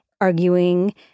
arguing